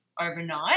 overnight